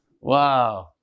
Wow